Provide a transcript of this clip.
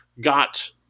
got